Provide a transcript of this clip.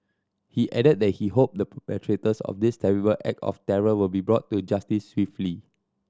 he added that he hoped the perpetrators of this terrible act of terror will be brought to justice swiftly